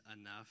enough